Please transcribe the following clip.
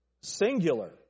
Singular